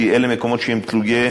כי אלה מקומות שהם תלויי,